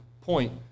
point